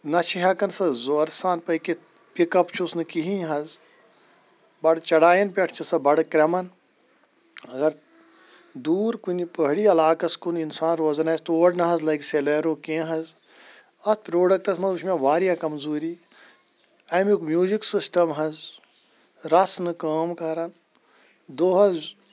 نہ چھِ ہٮ۪کان سۄ زورٕ سان پٕکِتھ پِکَپ چھُس نہٕ کِہِنۍ حَظ بَڑ چَڑایَن پٮ۪ٹھ چھِ سَہ بَڑ کرٛٮ۪ٛمان اگر دوٗر کُنہِ پٕہٲڑی عَلاقَس کُن اِنسان روزان آسہِ تور نہ حَظ لَگہِ سیلیٛرو کیٚنٛہہ حظ اَتھ پرٛوڈَکٹَس منٛز وٕچھ مےٚ واریاہ کَمزوٗری اَمیُک میوٗزِک سِسٹَم حَظ رَس نہٕ کٲم کران دۄہَس